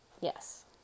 Yes